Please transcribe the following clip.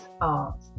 art